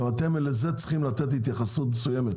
כלומר, לזה אתם צריכים לתת התייחסות מסוימת